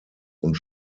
und